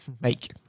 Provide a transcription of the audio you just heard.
make